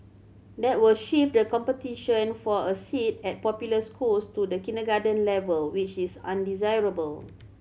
that will shift the competition for a seat at popular schools to the kindergarten level which is undesirable